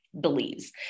Believes